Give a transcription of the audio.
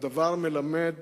הדבר מלמד